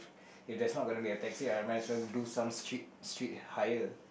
if there's not going to be a taxi I might as well do some street street hire